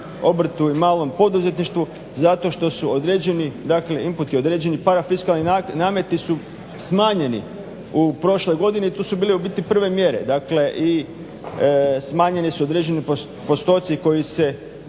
obrtu i malom poduzetništvu zato što su određeni dakle inputi, određeni parafiskalni nameti su smanjeni u prošloj godini i to su bile u biti prve mjere i smanjeni su određeni postoci koji se